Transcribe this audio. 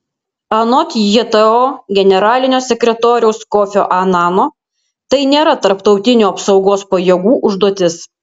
anot jto generalinio sekretoriaus kofio anano tai nėra tarptautinių apsaugos pajėgų užduotis